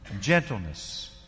gentleness